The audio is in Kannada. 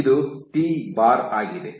ಇದು ಟಿ ಬಾರ್ ಆಗಿದೆ